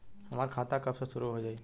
हमार खाता कब से शूरू हो जाई?